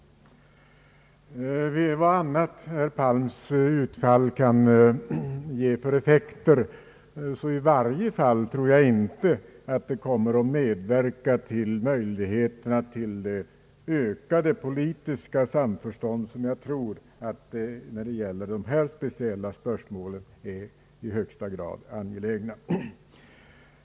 Vilken effekt herr Palms utfall kan få vet jag inte, men i varje fall tror jag inte att det kommer att bidra till ett ökat politiskt samförstånd, något som när det gäller dessa speciella spörsmål är i så hög grad angeläget.